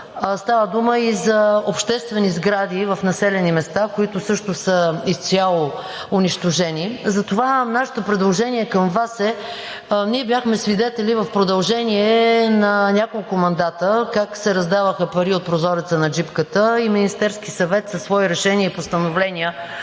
Става дума и за обществени сгради в населени места, които също са изцяло унищожени. Ние бяхме свидетели в продължение на няколко мандата как се раздаваха пари от прозореца на джипката и Министерският съвет със свои решения и постановления